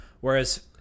whereas